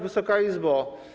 Wysoka Izbo!